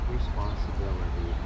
responsibility